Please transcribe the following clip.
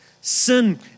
sin